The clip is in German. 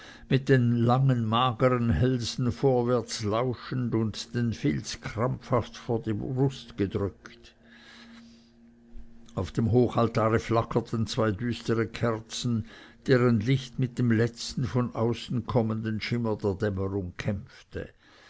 mit den langen magern hälsen vorwärts lauschend und den filz krampfhaft vor die brust gedrückt auf dem hochaltare flackerten zwei düstere kerzen deren licht mit dem letzten von außen kommenden schimmer der dämmerung kämpfte